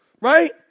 Right